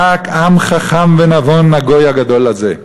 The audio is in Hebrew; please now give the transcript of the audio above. "רק עם חכם ונבון הגוי הגדול הזה".